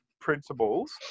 principles